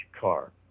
car